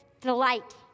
delight